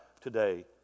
today